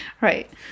Right